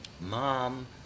Mom